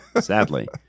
Sadly